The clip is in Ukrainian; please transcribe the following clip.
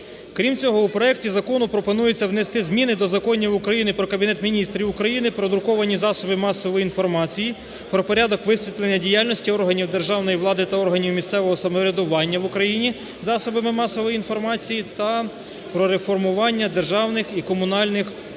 Крім цього, у проекті закону пропонується внести зміни до законів України: "Про Кабінет Міністрів України", про друковані засоби масової інформації, "Про порядок висвітлення діяльності органів державної влади та органів місцевого самоврядування в Україні засобами масової інформації" та "Про реформування державних і комунальних